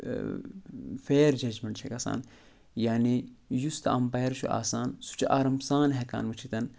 فیر judgment چھےٚ گژھان یعنی یُس تہِ اَمپیر چھِ آسان سُہ چھُ آرام سان ہٮ۪کان وٕچھِتھ